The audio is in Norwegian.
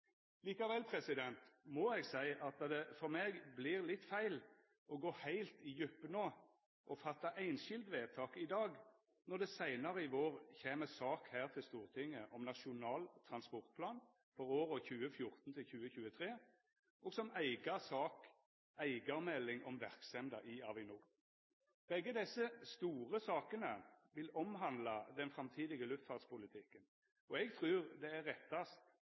Likevel må eg seia at det for meg vert litt feil å gå heilt i djupna og fatta einskildvedtak i dag når det seinare i vår kjem sak til Stortinget om Nasjonal transportplan for åra 2014–2023 – og som eiga sak kjem meldinga om verksemda i Avinor. Begge desse store sakene vil handla om den framtidige luftfartspolitikken, og eg trur det er rettast